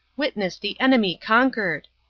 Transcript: witness the enemy conquered.